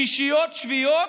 שישיות, שביעיות,